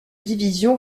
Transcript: division